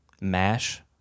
mash